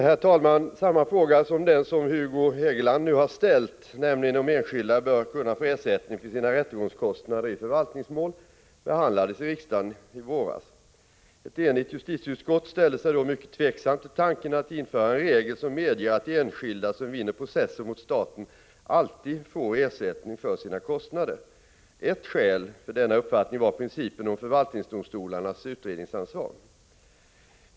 Herr talman! Samma fråga som den som Hugo Hegeland nu har ställt — nämligen om enskilda bör kunna få ersättning för sina rättegångskostnader i förvaltningsmål — behandlades i riksdagen i våras. Ett enigt justitieutskott ställde sig då mycket tveksamt till tanken att införa en regel som medger att enskilda som vinner processer mot staten alltid får ersättning för sina kostnader. Ett skäl för denna uppfattning var principen om förvaltningsdomstolarnas utredningsansvar.